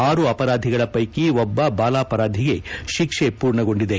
ಆರು ಅಪರಾಧಿಗಳ ಪೈಕಿ ಒಬ್ಬ ಬಾಲಾಪರಾಧಿಗೆ ಶಿಕ್ಷೆ ಪೂರ್ಣಗೊಂಡಿದೆ